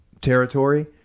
territory